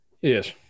Yes